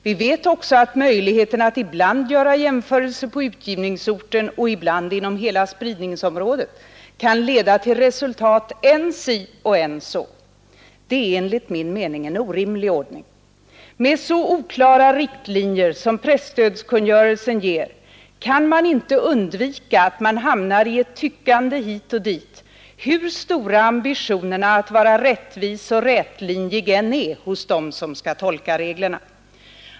Vi vet också att möjligheterna att ibland göra jämförelser på utgivningsorten och ibland inom hela spridningsområdet kan leda till resultat än si och än så. Det är enligt min mening en orimlig ordning. Med så oklara riktlinjer som presstödskungörelsen ger kan man inte undvika att hamna i ett tyckande hit och dit, hur stora ambitionerna att vara rättvis och rätlinjig än är hos dem som skall tolka reglerna.